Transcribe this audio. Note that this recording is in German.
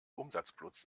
umsatzplus